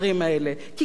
אדוני היושב-ראש,